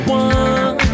one